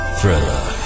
Thriller